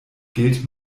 gilt